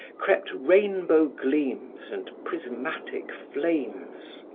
crept rainbow gleams and prismatic flames.